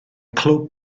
clwb